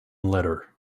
letter